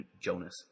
Jonas